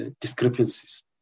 discrepancies